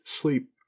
sleep